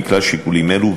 ומכלל שיקולים אלו,